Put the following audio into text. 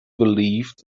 believed